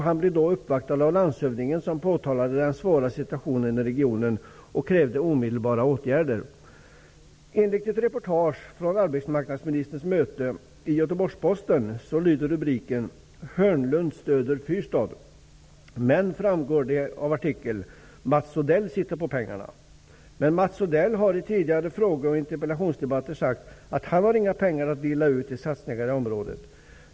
Han blev då uppvaktad av landshövdingen, som påtalade den svåra situationen i regionen och krävde omedelbara åtgärder. Ett reportage från arbetsmarknadsministerns möte i Göteborgs Posten har följande rubrik: Hörnlund stöder Fyrstad. Det framgår dock av artikeln att Mats Odell sitter på pengarna. Mats Odell har i tidigare fråge och interpellationsdebatter sagt att han inte har några pengar att dela ut till satsningar i området.